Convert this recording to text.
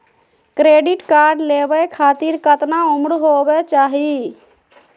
Credit card लेवे खातीर कतना उम्र होवे चाही?